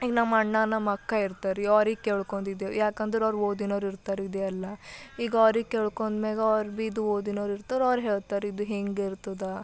ಈಗ ನಮ್ಮಅಣ್ಣ ನಮ್ಮಅಕ್ಕ ಇರ್ತಾರ ರೀ ಅವ್ರಿಗೆ ಕೇಳ್ಕೊಂದ್ದಿದ್ದೇವು ಯಾಕಂದ್ರೆ ಅವ್ರು ಓದಿನೋರಿರ್ತಾರ ರೀ ಇದೆಲ್ಲ ಈಗ ಅವ್ರಿಗೆ ಕೇಳ್ಕೊಂದ್ಮ್ಯಾಗ ಅವ್ರು ಬಿ ಇದು ಓದಿನೋರಿರ್ತಾರ ಅವ್ರು ಹೇಳ್ತಾರ ಇದು ಹಿಂಗಿರ್ತದ